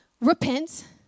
repent